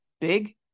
big